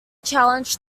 challenge